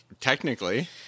Technically